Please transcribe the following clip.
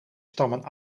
stammen